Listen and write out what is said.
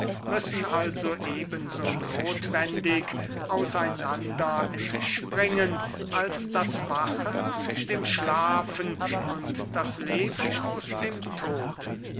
müssen also eben so nothwendig aus einander entspringen als das wachen aus dem schlafen und das leben aus dem tode